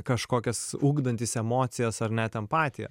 kažkokias ugdantis emocijas ar net empatiją